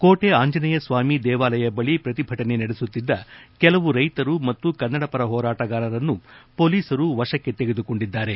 ಕೋಟೆ ಆಂಜನೇಯ ಸ್ವಾಮಿ ದೇವಾಲಯ ಬಳಿ ಪ್ರತಿಭಟನೆ ನಡೆಸುತ್ತಿದ್ದ ಕೆಲವು ರೈತರು ಮತ್ತು ಕನ್ನಡ ಪರ ಹೋರಾಟಗಾರರನ್ನು ಪೊಲೀಸರು ವಶಕ್ಕೆ ತೆಗೆದುಕೊಂಡಿದ್ದಾರೆ